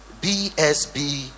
BSB